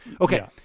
okay